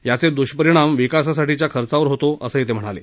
याचे दुष्परिणाम विकासासाठीच्या खर्चावर होतो असंही ते म्हणाले